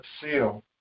seal